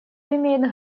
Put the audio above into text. имеет